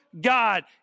God